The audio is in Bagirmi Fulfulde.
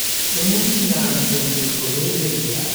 Do numtina am sendurgo be derdiraabe am.